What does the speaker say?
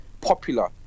popular